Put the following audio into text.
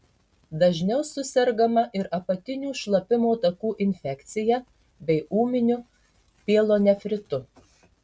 dažniau susergama ir apatinių šlapimo takų infekcija bei ūminiu pielonefritu